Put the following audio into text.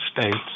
States